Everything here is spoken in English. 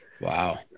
Wow